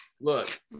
Look